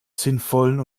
sinnvollen